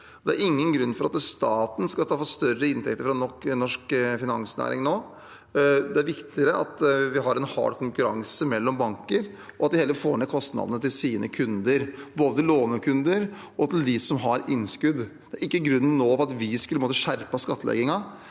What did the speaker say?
Det er ingen grunn til at staten skal ta inn større inntekter fra nok en norsk finansnæring nå. Det er viktigere at vi har en hard konkurranse mellom banker, og at de heller får ned kostnadene til sine kunder, både lånekunder og de som har innskudd. Det er ikke grunn til at vi nå skulle skjerpe skattleggingen